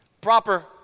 proper